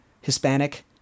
Hispanic